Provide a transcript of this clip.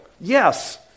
yes